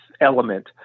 element